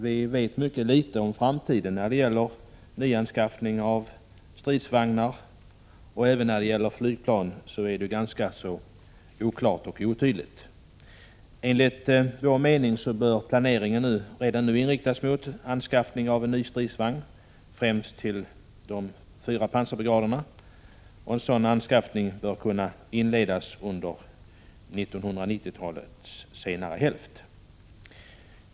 Vi vet mycket litet om framtiden när det gäller nyanskaffning av stridsvagnar. Även när det gäller flygplan är det ganska oklart och otydligt. Enligt vår mening bör planeringen redan nu inriktas på att anskaffa nya stridsvagnar — främst till de fyra pansarbrigaderna. En sådan anskaffning bör kunna inledas under 1990-talets senare hälft.